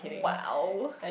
!wow!